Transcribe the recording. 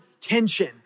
tension